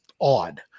odd